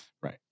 Right